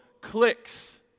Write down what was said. clicks